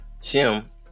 Shim